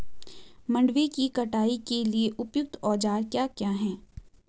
मंडवे की कटाई के लिए उपयुक्त औज़ार क्या क्या हैं?